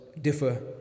differ